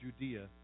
Judea